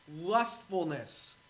lustfulness